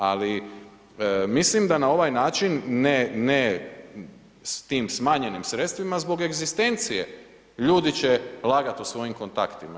Ali mislim da na ovaj način, ne, ne s tim smanjenim sredstvima zbog egzistencije ljudi će lagat o svojim kontaktima.